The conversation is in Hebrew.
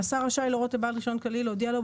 השר רשאי להורות לבעל רישיון כללי להודיע לו,